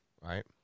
right